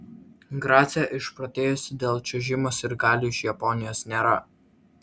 grace išprotėjusių dėl čiuožimo sirgalių iš japonijos nėra